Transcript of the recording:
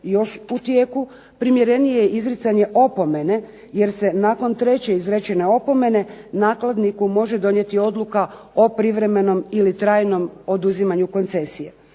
još u tijeku primjerenije izricanje opomene jer se nakon treće izrečene opomene nakladniku može donijeti odluka o privremenom ili trajnom oduzimanju koncesije.